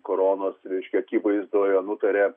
koronos reiškia akivaizdoje nutarė